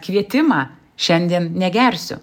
kvietimą šiandien negersiu